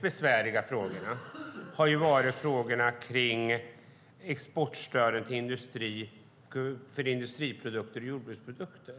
besvärligaste frågorna har gällt exportstöd för industriprodukter och jordbruksprodukter.